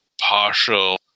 partial